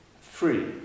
free